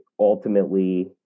Ultimately